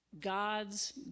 God's